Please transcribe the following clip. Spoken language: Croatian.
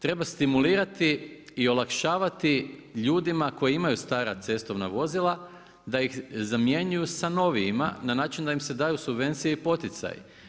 Treba stimulirati i olakšavati ljudima koji imaju stara cestovna vozila, da ih zamjenjuju sa novijima na način da im se daju subvencije i poticaji.